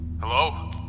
Hello